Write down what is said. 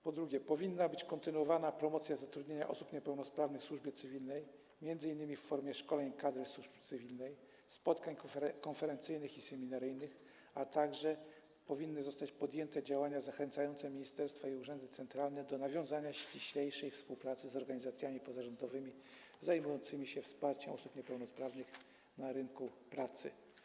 Po drugie, powinna być kontynuowana promocja zatrudnienia osób niepełnosprawnych w służbie cywilnej, m.in. w formie szkoleń kadry służby cywilnej i spotkań konferencyjnych i seminaryjnych, a także powinny zostać podjęte działania zachęcające ministerstwa i urzędy centralne do nawiązania ściślejszej współpracy z organizacjami pozarządowymi zajmującymi się wsparciem osób niepełnosprawnych na rynku pracy.